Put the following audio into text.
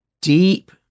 deep